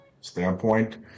standpoint